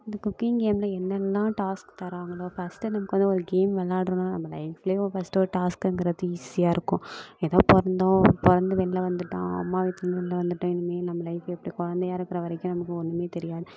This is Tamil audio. அந்த குக்கிங் கேம்ல என்னெல்லாம் டாஸ்க் தராங்களோ ஃபர்ஸ்ட் நமக்கு வந்து ஒரு கேம் விளையாடுறோன்னா நம்ம லைஃப்லயும் ஒரு ஃபர்ஸ்ட் ஒரு டாஸ்க்குங்கிறது ஈஸியாக இருக்கும் ஏதோ பிறந்தோம் பிறந்து வெளில வந்துட்டோம் அம்மா வயிற்றுல இருந்து வெளில வந்துட்டோம் இனிமேல் நம்ம லைஃப் எப்படி குழந்தையா இருக்கிற வரைக்கும் நமக்கு ஒன்றுமே தெரியாது